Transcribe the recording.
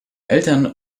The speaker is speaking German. eltern